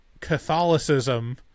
Catholicism